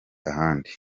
ahandi